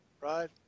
right